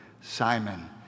Simon